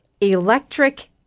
electric